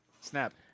Snap